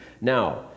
Now